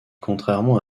contrairement